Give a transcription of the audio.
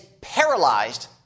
paralyzed